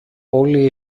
όλη